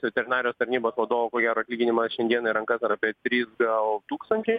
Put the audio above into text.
veterinarijos tarnybos vadovo ko gero atlyginimas šiandieną į ranka ar apie trys dag tūkstančiai